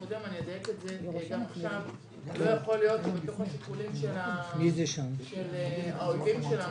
לא יכול להיות שמתוך השיקולים של האויבים שלנו